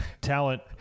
talent